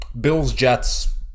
Bills-Jets